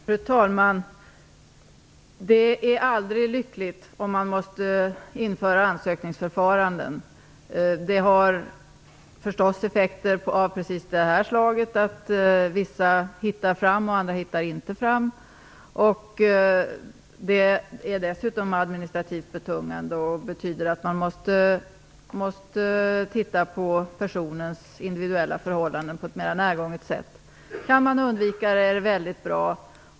Fru talman! Det är aldrig bra om man måste införa ansökningsförfaranden. Det har effekter av just det slaget att vissa hittar fram, medan andra inte gör det. Det är dessutom administrativt betungande och betyder att man måste titta på personens individuella förhållanden på ett mera närgånget sätt. Kan man undvika det är det bra.